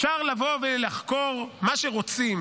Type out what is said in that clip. אפשר לבוא ולחקור מה שרוצים,